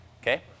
okay